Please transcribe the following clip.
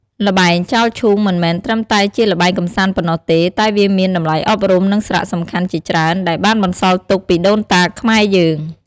ល្បែង ចោលឈូង មិនមែនត្រឹមតែជាល្បែងកម្សាន្តប៉ុណ្ណោះទេ តែវាមាន តម្លៃអប់រំ និងសារៈសំខាន់ជាច្រើន ដែលបានបន្សល់ទុកពីដូនតាខ្មែរយើង។